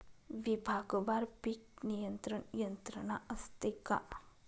विभागवार पीक नियंत्रण यंत्रणा असते का?